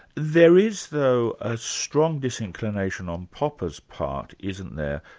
there is though, a strong disinclination on popper's part, isn't there,